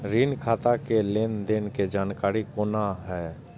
ऋण खाता के लेन देन के जानकारी कोना हैं?